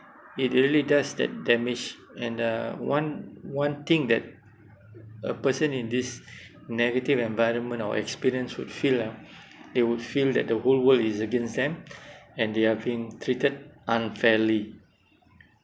it really does that damage and uh one one thing that a person in this negative environment or experience would feel ah they would feel that the whole world is against them and they are being treated unfairly